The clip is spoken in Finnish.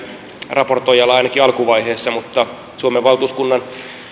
raportoijalla ainakin alkuvaiheessa mutta suomen valtuuskunnan